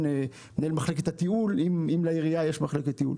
מנהל מחלקת התיעול אם לעירייה יש מחלקת תיעול.